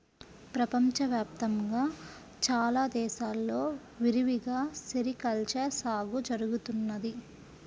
ప్రపంచ వ్యాప్తంగా చాలా దేశాల్లో విరివిగా సెరికల్చర్ సాగు జరుగుతున్నది